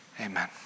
amen